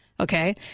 Okay